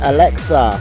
Alexa